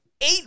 eight